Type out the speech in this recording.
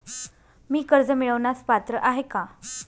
मी कर्ज मिळवण्यास पात्र आहे का?